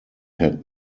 had